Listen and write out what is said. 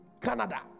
Canada